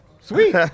Sweet